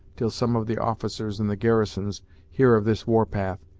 till some of the officers in the garrisons hear of this war-path,